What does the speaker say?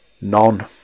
none